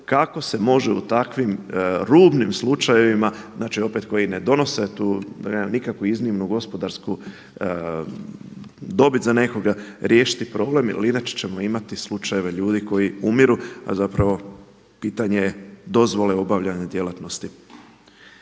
kako se može u takvim rubnim slučajevima, znači opet koji ne donose tu, da nema nikakvu iznimnu gospodarsku dobit za nekoga riješiti problem jer inače ćemo imati slučajeve ljudi koji umiru, a zapravo pitanje je dozvole obavljanja djelatnosti.